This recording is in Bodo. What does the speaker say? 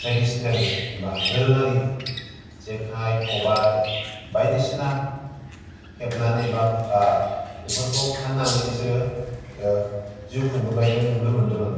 ट्रेडिसनेल जेनेबा दोरोङारि जेखाइ खबाइ बायदिसिना हेबनानै बा बेफोरखौ फाननानै बेसोरो ओ जिउ खुंबोनाय नुनो मोनदों आं